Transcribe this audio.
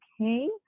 Okay